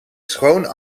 schoon